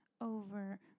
over